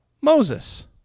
Moses